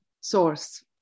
source